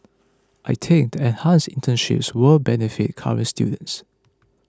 I think the enhanced internships will benefit current students